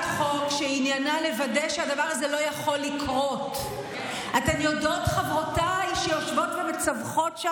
שבאיזושהי מדינה הייתה מפלגה שהיה כתוב עליה שלט: אין כניסה ליהודים.